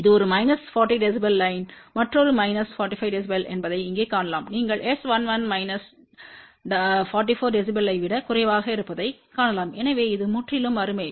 இது ஒரு minus 40 dB line மற்றொரு மைனஸ் 45 dB என்பதை இங்கே காணலாம் நீங்கள் S11மைனஸ் 44 dB ஐ விட குறைவாக இருப்பதைக்காணலாம் எனவே இது முற்றிலும் அருமை